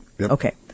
Okay